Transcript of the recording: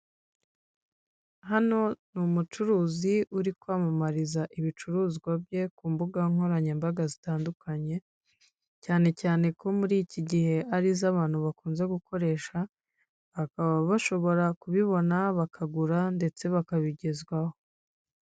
Hano ni umucuruzi uri kwamamariza ibicuruzwa bye ku mbuga nkoranyambaga zitandukanye, cyane cyane ko muri iki gihe ari zo abantu bakunze gukoresha, bakaba bashobora kubibona bakagura ndetse bakabigezwaho.